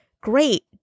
Great